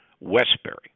Westbury